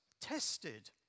tested